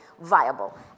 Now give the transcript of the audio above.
viable